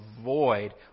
avoid